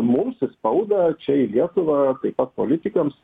mums į spaudą čia į lietuvą taip pat politikams